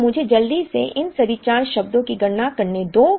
तो मुझे जल्दी से इन सभी 4 शब्दों की गणना करने दें